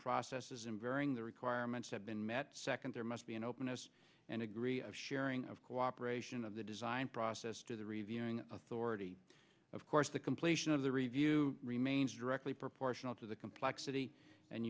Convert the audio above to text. processes and bearing the requirements have been met second there must be an openness and agree a sharing of cooperation of the design process to the reviewing authority of course the completion of the review remains directly proportional to the complexity and